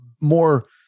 more